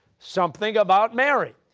something about mary,